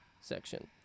section